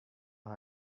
her